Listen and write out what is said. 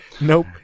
nope